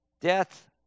Death